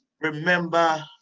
remember